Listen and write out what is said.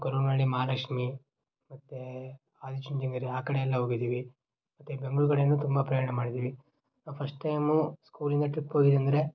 ಗೊರವನಳ್ಳಿ ಮಹಾಲಕ್ಷ್ಮಿ ಮತ್ತೆ ಆದಿಚುಂಚನಗಿರಿ ಆ ಕಡೆ ಎಲ್ಲ ಹೋಗಿದ್ದಿವಿ ಮತ್ತು ಬೆಂಗ್ಳೂರು ಕಡೆಯೂ ತುಂಬ ಪ್ರಯಾಣ ಮಾಡಿದೀವಿ ನಾವು ಫಸ್ಟ್ ಟೈಮೂ ಸ್ಕೂಲಿಂದ ಟ್ರಿಪ್ ಹೋಗಿದ್ ಅಂದರೆ